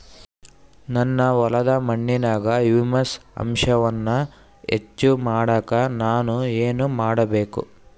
ನನ್ನ ಹೊಲದ ಮಣ್ಣಿನಾಗ ಹ್ಯೂಮಸ್ ಅಂಶವನ್ನ ಹೆಚ್ಚು ಮಾಡಾಕ ನಾನು ಏನು ಮಾಡಬೇಕು?